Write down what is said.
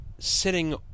sitting